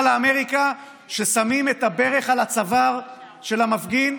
לאמריקה שבה שמים את הברך על הצוואר של המפגין,